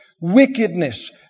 wickedness